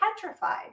petrified